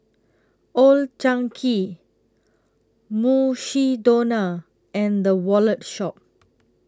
Old Chang Kee Mukshidonna and The Wallet Shop